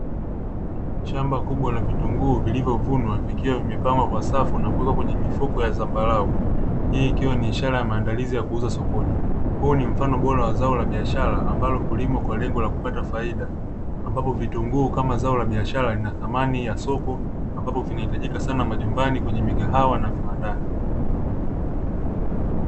Shamba kubwa la vitunguu vilivyovunwa vikiwa vimepangwa kwa safu na kuwekwa kwenye mifuko ya zambarau, hii ikiwa ni ishara ya maandalizi yakwenda kuuzwa sokoni. huu ni mfano bora wa zao la biashara ambalo hulimwa kwa lengo la kupata faida, ambapo vitunguu kama zao la biashara lina thamani ya soko, ambapo hutumika majumbani, kwenye migahawa na viwandani.